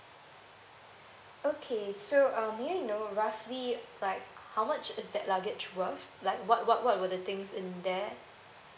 okay so um may I know roughly like how much is that luggage worth like what what what were the things in there